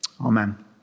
Amen